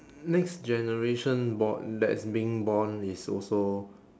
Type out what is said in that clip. next generation bo~ that is being born is also